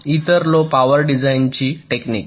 तर इतर low power डिझाइनची टेक्निक